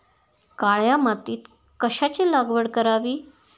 काळ्या मातीत कशाची लागवड करावी?